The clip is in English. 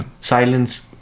Silence